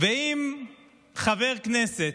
אם חבר כנסת,